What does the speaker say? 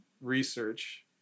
research